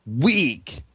Weak